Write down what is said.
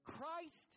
Christ